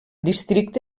districte